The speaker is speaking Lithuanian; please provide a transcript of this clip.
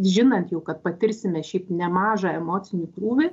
žinant jau kad patirsime šiaip nemažą emocinį krūvį